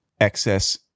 excess